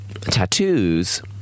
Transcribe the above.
tattoos